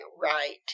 right